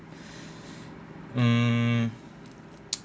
mm